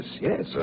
yes